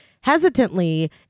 Hesitantly